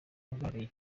wagaragaye